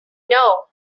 know